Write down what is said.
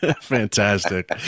Fantastic